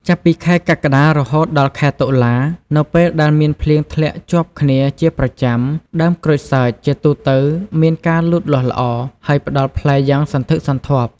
ចាប់ពីខែ កក្កដា រហូតដល់ខែតុលា នៅពេលដែលមានភ្លៀងធ្លាក់ជាប់គ្នាជាប្រចាំ ដើមក្រូចសើចជាទូទៅមានការលូតលាស់ល្អ ហើយផ្ដល់ផ្លែយ៉ាងសន្ធឹកសន្ធាប់។